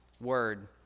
word